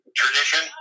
tradition